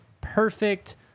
perfect